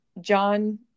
John